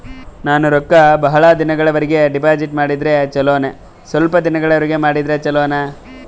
ನಾನು ರೊಕ್ಕ ಬಹಳ ದಿನಗಳವರೆಗೆ ಡಿಪಾಜಿಟ್ ಮಾಡಿದ್ರ ಚೊಲೋನ ಸ್ವಲ್ಪ ದಿನಗಳವರೆಗೆ ಮಾಡಿದ್ರಾ ಚೊಲೋನ?